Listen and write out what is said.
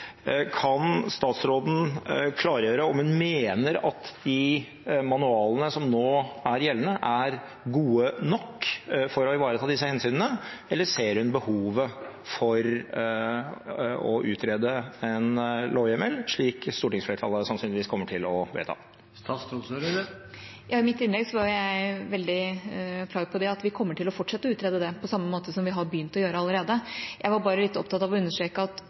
Kan statsråden klargjøre om hun mener at de manualene som nå er gjeldende, er gode nok for å ivareta disse hensynene, eller ser hun behovet for å utrede en lovhjemmel, noe stortingsflertallet sannsynligvis kommer til å vedta? I mitt innlegg var jeg veldig klar på at vi kommer til å fortsette å utrede det, på samme måte som vi har begynt å gjøre allerede. Jeg var opptatt av å understreke at